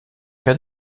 père